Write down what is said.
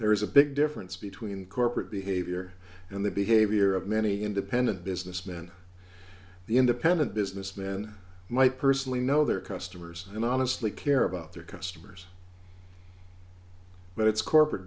there is a big difference between corporate behavior and the behavior of many independent businessmen the independent businessman might personally know their customers and honestly care about their customers but it's corporate